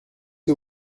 que